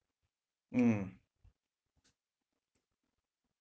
mm